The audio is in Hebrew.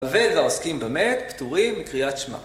ולעוסקים במת, פטורים מקריאת שמע.